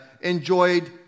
enjoyed